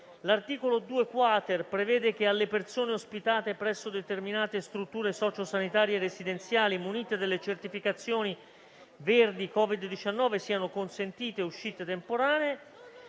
L'articolo 2-*quater* prevede che alle persone ospitate presso determinate strutture socio-sanitarie residenziali, munite delle certificazioni verdi Covid-19, siano consentite uscite temporanee.